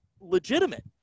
legitimate